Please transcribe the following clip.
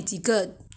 ten ah